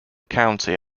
county